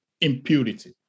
Impurity